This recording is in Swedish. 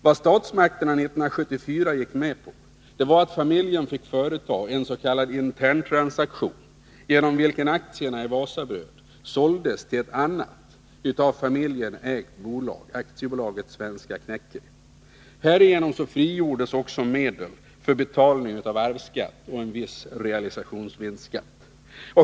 Vad statsmakterna 1974 gick med på var att familjen fick företa en s.k. interntransaktion genom vilken aktierna i Wasabröd såldes till ett annat av familjen ägt bolag, AB Svenska Knäcke. Härigenom frigjordes också medel för betalning av arvsskatt och en viss realisationsvinstskatt.